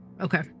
Okay